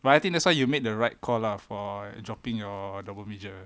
but I think that's why you made the right call lah for dropping your double major